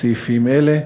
סעיפים אלה: